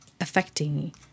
affecting